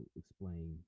explain